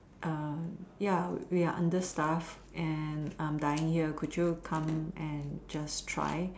ya we are under staff and I'm dying here could you come and just try